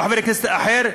או חבר כנסת אחר,